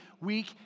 week